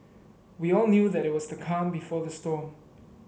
we all knew that it was the calm before the storm